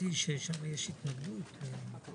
יושב-ראש ועדת הכלכלה אמר לי שקיימו דיון על מחיר החלב,